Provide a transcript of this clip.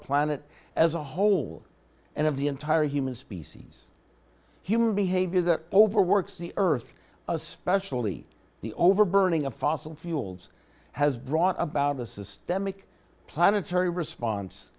planet as a whole and of the entire human species human behavior that overworks the earth especially the over burning of fossil fuels has brought about a systemic planetary response